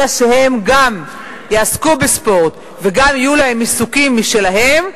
אלא שיעסקו בספורט וגם יהיו להם עיסוקים משלהם,